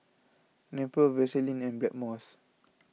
Nepro Vaselin and Blackmores